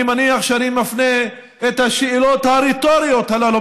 אני מניח שאני מפנה את השאלות הרטוריות הללו,